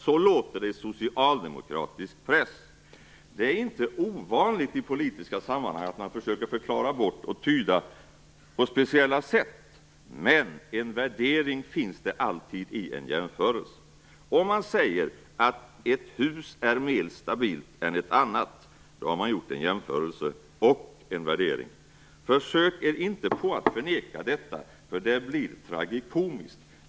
Så låter det i socialdemokratisk press. Det är inte ovanligt att man i politiska sammanhang försöker att förklara bort och tyda på speciella sätt, men det finns alltid en värdering i en jämförelse. Om man säger att ett hus är mer stabilt än ett annat har man gjort en jämförelse och en värdering. Försök er inte på att förneka detta, för det blir tragikomiskt!